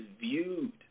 viewed